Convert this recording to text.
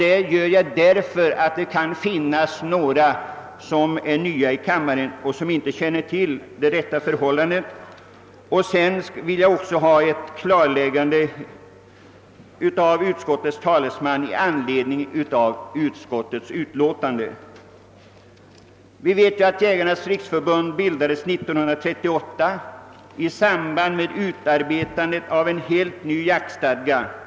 Det gör jag därför att en del nya ledamöter i kammaren kanske inte känner till det rätta förhållandet. Sedan vill jag av utskottets talesman gärna ha ett klarläggande av utskottets skrivning. Jägarnas riksförbund bildades 1938 i samband med att en helt ny jaktstadga utarbetades.